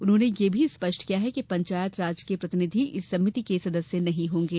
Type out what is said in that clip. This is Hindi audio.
उन्होंने यह भी स्पष्ट किया कि पंचायत राज के प्रतिनिधि इस समिति के सदस्य नहीं होंगे